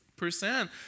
percent